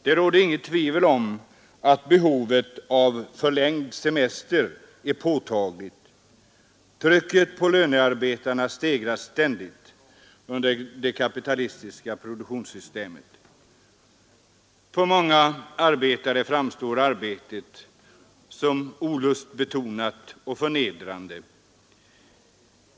Det råder inget tvivel om att behovet av förlängd semester är påtagligt. Trycket på lönearbetarna stegras ständigt under det kapitalistiska produktionssystemet. För många arbetare framstår arbetet som olustbetonat och förnedrande.